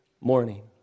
morning